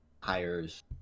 hires